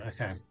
okay